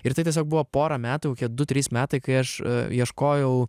ir tai tiesiog buvo porą metų du trys metai kai aš ieškojau